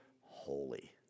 holy